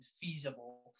feasible